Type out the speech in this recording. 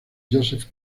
joseph